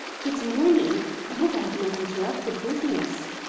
good morning i hope i have not interrupted business?